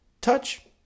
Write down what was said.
touch